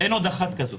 אין עוד אחת כזאת,